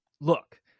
look